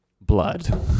blood